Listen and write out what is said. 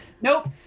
Nope